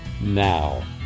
now